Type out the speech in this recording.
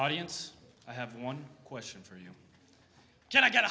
audience i have one question for you john i got